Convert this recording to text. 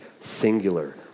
singular